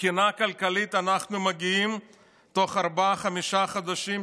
מבחינה כלכלית אנחנו מגיעים בתוך ארבעה-חמישה חודשים,